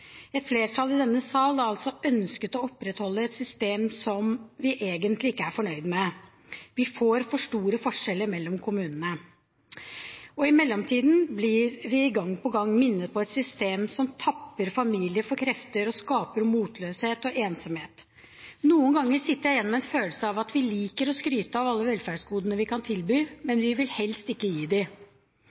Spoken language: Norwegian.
Et flertall i denne sal har altså ønsket å opprettholde et system som vi egentlig ikke er fornøyd med. Vi får for store forskjeller mellom kommunene. I mellomtiden blir vi gang på gang minnet om et system som tapper familier for krefter og skaper motløshet og ensomhet. Noen ganger sitter jeg igjen med en følelse av at vi liker å skryte av alle velferdsgodene vi kan tilby, men vi vil helst ikke gi